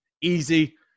Easy